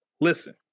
listen